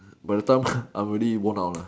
by the time I'm already worn out lah